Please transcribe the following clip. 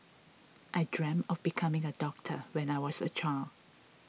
I dreamt of becoming a doctor when I was a child